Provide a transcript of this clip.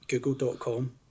Google.com